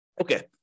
Okay